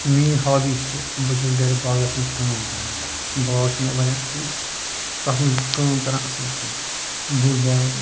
میٛٲنۍ ہابِی چھِ بہٕ چھُ گَرِ باغَس منٛز کٲم کران باغ چھُ مےٚ واریاہ بوٚڈ تَتھ منٛز چھُس بہٕ کٲم کران اَصٕل پٲٹھۍ بوٚڈ باغ